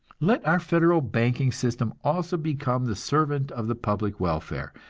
let our federal banking system also become the servant of the public welfare,